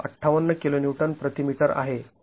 ५८ kilonewton प्रति metre आहे